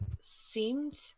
seemed